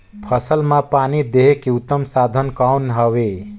फसल मां पानी देहे के उत्तम साधन कौन हवे?